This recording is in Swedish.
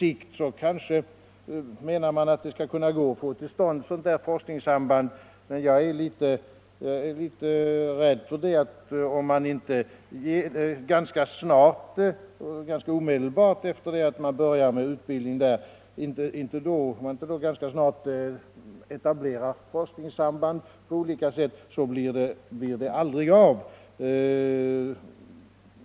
Det anses kanske att det skall gå att få till stånd ett forskningssamband på sikt, men jag är rädd för att om man inte får i gång ett sådant samband tämligen omedelbart efter det att utbildningen påbörjats så blir det aldrig av.